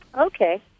Okay